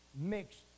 mixed